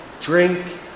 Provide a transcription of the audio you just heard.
drink